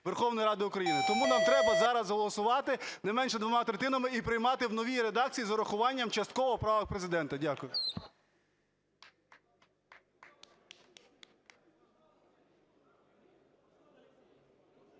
Верховної Ради України. Тому нам треба зараз голосувати не менше двома третинами і приймати в новій редакції, з урахуванням частково правок Президента. Дякую.